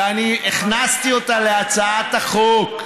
ואני הכנסתי אותה להצעת החוק.